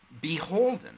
beholden